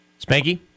Spanky